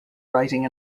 writing